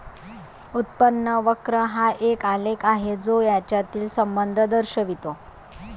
उत्पन्न वक्र हा एक आलेख आहे जो यांच्यातील संबंध दर्शवितो